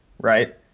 right